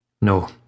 No